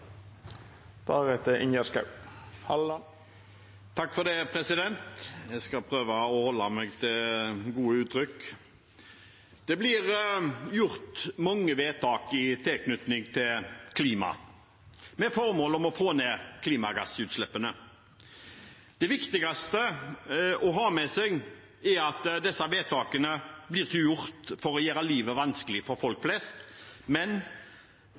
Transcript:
Jeg skal prøve å holde meg til gode uttrykk. Det blir gjort mange vedtak i tilknytning til klima, med formål om å få ned klimagassutslippene. Det viktigste å ha med seg er at disse vedtakene ikke blir gjort for å gjøre livet vanskelig for folk flest, men